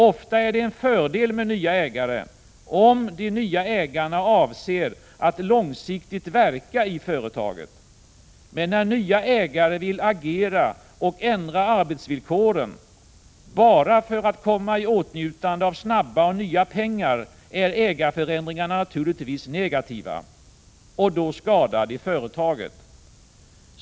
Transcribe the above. Ofta är det en fördel med nya ägare, om de nya ägarna avser att långsiktigt verka i företaget. Men när nya ägare vill agera och ändra arbetsvillkoren, bara för att komma i åtnjutande av snabba och nya pengar, är ägarförändringarna naturligtvis negativa. Då skadar de företaget.